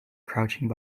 crouching